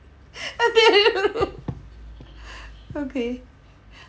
okay